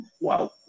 Wow